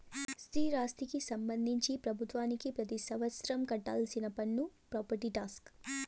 స్థిరాస్తికి సంబంధించి ప్రభుత్వానికి పెతి సంవత్సరం కట్టాల్సిన పన్ను ప్రాపర్టీ టాక్స్